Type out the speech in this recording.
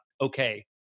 Okay